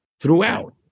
throughout